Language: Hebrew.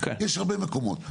יש הרבה מקומות,